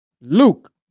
Luke